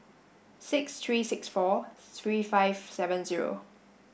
six three six four three five seven zero